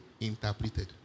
Interpreted